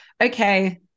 okay